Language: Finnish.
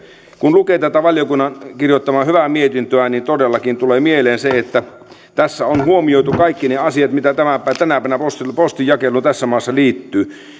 kun lukee tätä valiokunnan kirjoittamaa hyvää mietintöä niin todellakin tulee mieleen se että tässä on huomioitu kaikki ne asiat mitä tänä päivänä postinjakeluun tässä maassa liittyy